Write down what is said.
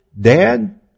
Dad